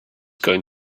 going